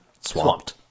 Swamped